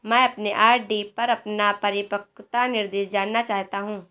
मैं अपने आर.डी पर अपना परिपक्वता निर्देश जानना चाहता हूं